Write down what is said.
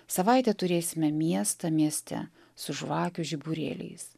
savaitę turėsime miestą mieste su žvakių žiburėliais